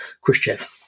khrushchev